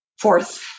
fourth